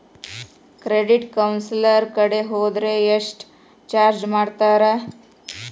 Credit counsellor ಕಡೆ ಹೊದ್ರ ಯೆಷ್ಟ್ ಚಾರ್ಜ್ ಮಾಡ್ತಾರ?